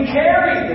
carry